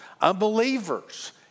unbelievers